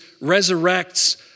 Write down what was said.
resurrects